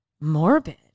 morbid